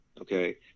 okay